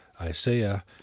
Isaiah